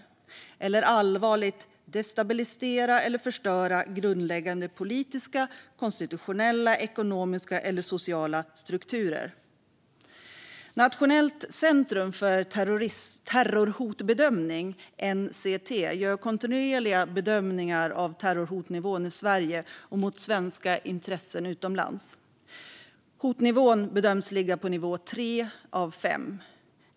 Det är också att allvarligt destabilisera eller förstöra grundläggande politiska, konstitutionella, ekonomiska eller sociala strukturer. Nationellt centrum för terrorhotbedömning, NCT, gör kontinuerliga bedömningar av terrorhotnivån i Sverige och mot svenska intressen utomlands. Hotnivån bedöms ligga på nivå tre av fem.